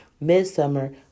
midsummer